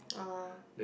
ah